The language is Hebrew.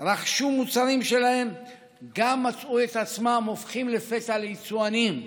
רכשו מוצרים שלהן מצאו את עצמן הופכות לפתע גם ליצואניות.